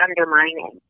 undermining